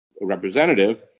representative